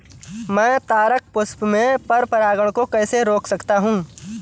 मैं तारक पुष्प में पर परागण को कैसे रोक सकता हूँ?